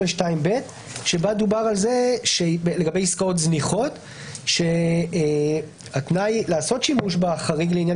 2ג(2)(ב) בה דובר שלגבי עסקאות זניחות התנאי לעשות שימוש בחריג לעניין